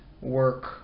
work